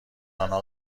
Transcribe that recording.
آنها